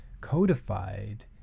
codified